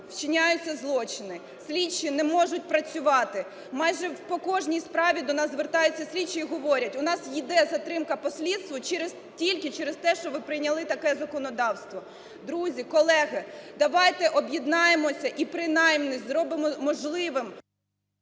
вчиняються злочини. Слідчі не можуть працювати, майже по кожній справі до нас звертаються слідчі і говорять: "У нас іде затримка по слідству тільки через те, що ви прийняли таке законодавство". Друзі, колеги, давайте об'єднаємося і принаймні зробимо можливим…